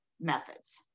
methods